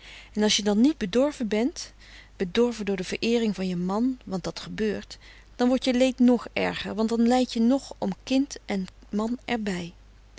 en as je dan niet bedorve bent bedorve door de vereering van je man want dat gebeurt dan wordt je leed nog erger want dan lijd je nog om kind en man er